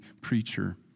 preacher